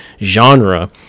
genre